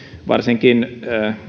varsinkin